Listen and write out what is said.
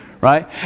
Right